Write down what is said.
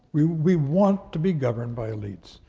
we we want to be governed by elites,